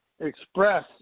express